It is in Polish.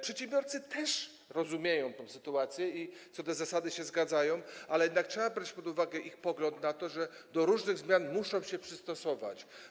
Przedsiębiorcy też rozumieją tę sytuację i co do zasady się zgadzają, ale jednak trzeba brać pod uwagę ich pogląd na to, że do różnych zmian muszą się przystosować.